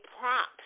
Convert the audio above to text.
props